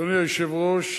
אדוני היושב-ראש,